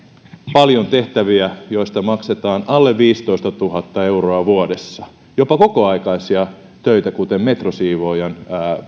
paljon tehtäviä joista maksetaan alle viisitoistatuhatta euroa vuodessa jopa kokoaikaisia töitä kuten metrosiivoojan